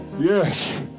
Yes